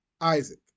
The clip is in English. Isaac